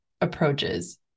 approaches